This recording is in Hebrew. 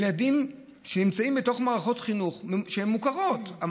ילדים שנמצאים בתוך מערכות חינוך שהן מוכרות,